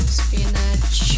spinach